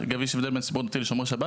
אגב, יש הבדל בין הציבור הדתי לשומרי שבת